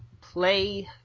play –